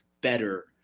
better